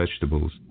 vegetables